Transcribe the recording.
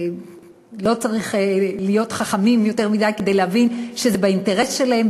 שלא צריך להיות חכמים יותר מדי כדי להבין שזה באינטרס שלהם,